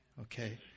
okay